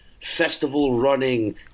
festival-running